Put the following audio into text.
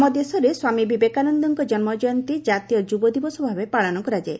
ଆମ ଦେଶରେ ସ୍ୱାମୀ ବିବେକାନନ୍ଦଙ୍କ ଜନ୍ମଜୟନ୍ତୀ ଜାତୀୟ ଯୁବ ଦିବସ ଭାବେ ପାଳନ କରାଯାଏ